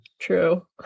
True